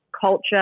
culture